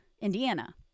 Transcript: Indiana